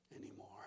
anymore